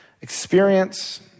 experience